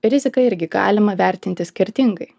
riziką irgi galima vertinti skirtingai